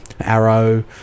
Arrow